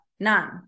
None